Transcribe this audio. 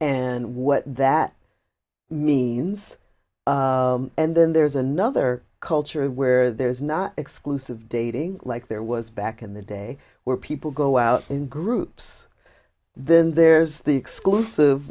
and what that means and then there's another culture where there's not exclusive dating like there was back in the day where people go out in groups then there's the exclusive